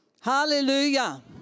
Hallelujah